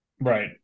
right